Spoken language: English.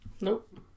Nope